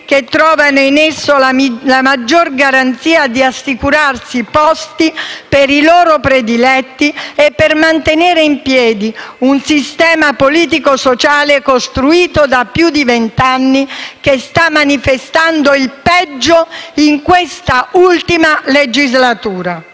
che trovano in esso la maggior garanzia di assicurarsi posti per i loro prediletti e di mantenere in piedi un sistema politico-sociale costruito da più di vent'anni, che sta manifestando il peggio in questa ultima legislatura.